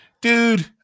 dude